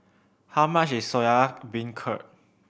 how much is Soya Beancurd